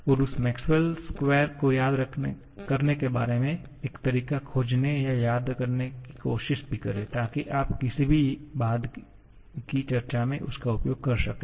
और उस Maxwell square को याद करने के बारे में एक तरीका खोजने या याद करने की कोशिश भी करें ताकि आप किसी भी बाद की चर्चा में उसका उपयोग कर सकें